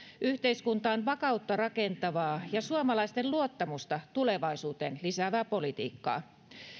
yhteiskuntaan vakautta rakentavaa ja suomalaisten luottamusta tulevaisuuteen lisäävää politiikkaa